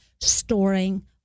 storing